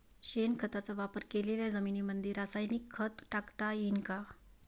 शेणखताचा वापर केलेल्या जमीनीमंदी रासायनिक खत टाकता येईन का?